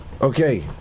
Okay